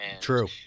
True